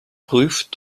prüft